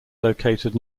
located